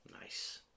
Nice